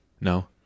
No